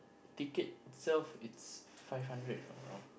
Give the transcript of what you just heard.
ticket self it's five hundred if I'm not wrong